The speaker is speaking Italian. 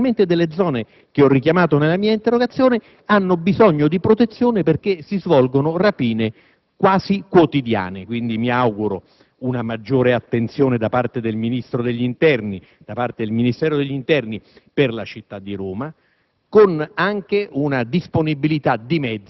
poiché ormai tutti i supermercati, specialmente nelle zone che ho richiamato nella mia interrogazione, hanno bisogno di protezione, perché si svolgono rapine quasi quotidiane. Quindi, mi auguro una maggiore attenzione da parte del Ministero dell'interno per la città di Roma